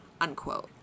unquote